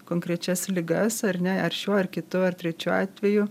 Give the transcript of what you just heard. konkrečias ligas ar ne ar šiuo ar kitu ar trečiu atveju